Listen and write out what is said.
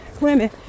women